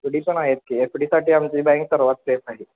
F D पण आहेत की एफ डीसाठी आमची बँक सर्वात सेफ आहे